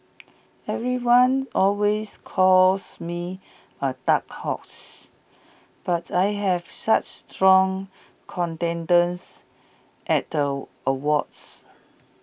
everyone always calls me A dark horse but I have such strong contenders at the awards